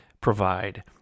provide